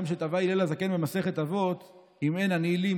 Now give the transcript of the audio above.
שטבע הלל הזקן במסכת אבות: "אם אין אני לי,